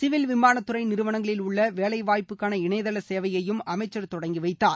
civil விமான துறை நிறுவனங்களில் உள்ள வேலை வாய்ப்புக்கான இணையதன சேவையையும் அமைச்சர் தொடங்கிவைத்தார்